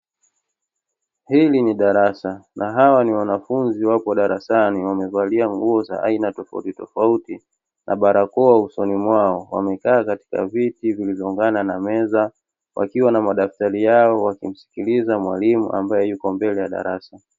Hili ni darasa na hawa ni wanafunzi wapo darasani, wamevalia nguo za aina tofautitofauti na barakoa usoni mwao, wamekaa katika viti vilivyoungana na meza, wakiwa na madaftari yao wakimsikiliza mwalimu ambaye yuko mbele ya darasa.